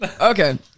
Okay